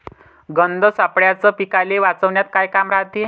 गंध सापळ्याचं पीकाले वाचवन्यात का काम रायते?